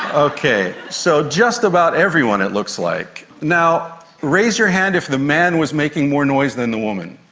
okay, so just about everyone it looks like. now raise your hand if the man was making more noise than the woman.